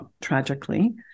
tragically